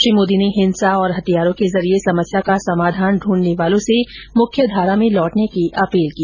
श्री मोदी ने हिंसा और हथियारों के जरिये समस्या का समाधान दूंढने वालों से मुख्यघारा में लौटने की अपील की